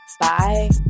Bye